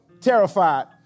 terrified